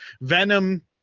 Venom